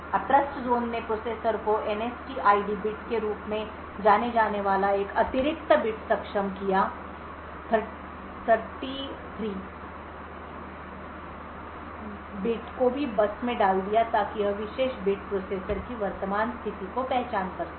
अब ट्रस्टज़ोन ने प्रोसेसर को NSTID बिट के रूप में जाना जाने वाला एक अतिरिक्त बिट सक्षम किया 33 rd बिट को भी बस में डाल दिया ताकि यह विशेष बिट प्रोसेसर की वर्तमान स्थिति की पहचान कर सके